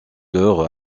leur